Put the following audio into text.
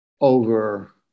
over